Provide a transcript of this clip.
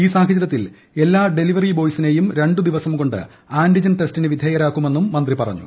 ഈ സാഹചരൃത്തിൽ എല്ലാ ഡെലിവറി ബോയ്സിനെയും രണ്ടുദിവസം കൊണ്ട് ആന്റിജൻ ടെസ്റ്റിന് വിധേയരാക്കുമെന്നും മന്ത്രി പറഞ്ഞു